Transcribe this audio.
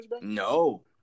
No